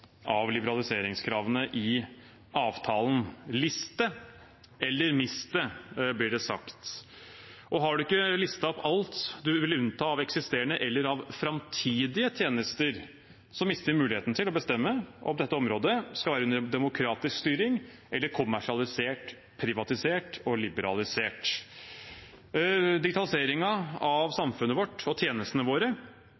av liberaliseringskravene i avtalen. List det eller mist det, blir det sagt. Og har vi ikke listet opp alt vi vil unnta av eksisterende eller av framtidige tjenester, mister vi muligheten til å bestemme om dette området skal være under en demokratisk styring eller kommersialisert, privatisert og liberalisert. Digitaliseringen av